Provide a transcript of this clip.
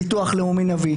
נביא את הביטוח הלאומי.